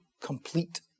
complete